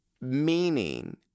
meaning